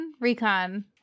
recon